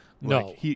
No